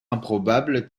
improbable